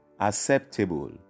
acceptable